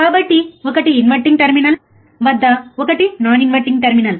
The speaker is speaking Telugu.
కాబట్టి ఒకటి ఇన్వర్టింగ్ టెర్మినల్ వద్ద ఒకటి నాన్ ఇన్వర్టింగ్ టెర్మినల్